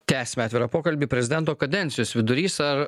tęsime atvirą pokalbį prezidento kadencijos vidurys ar